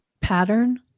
pattern